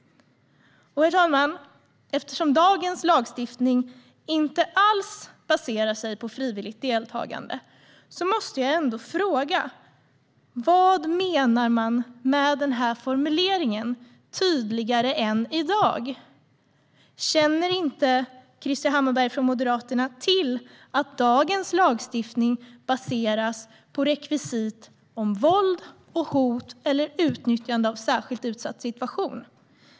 Herr talman! Eftersom dagens lagstiftning inte alls baserar sig på frivilligt deltagande måste jag ändå fråga: Vad menar man med formuleringen "tydligare än i dag"? Känner inte Krister Hammarbergh från Moderaterna till att dagens lagstiftning baseras på rekvisit om våld, hot eller utnyttjande av särskilt utsatt situation?